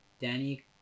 Danny